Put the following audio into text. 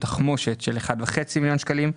תחמושת ב-1.5 מיליון שקלים,